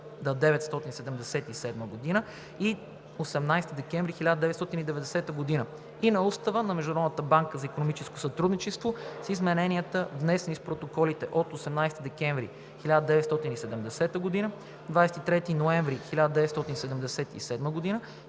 1977 г. и 18 декември 1990 г.) и на Устава на Международната банка за икономическо сътрудничество (с измененията, внесени с протоколите от 18 декември 1970 г., 23 ноември 1977 г. и